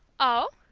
oh?